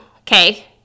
okay